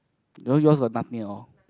no yours got nothing at all